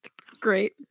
Great